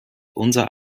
unser